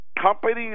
Companies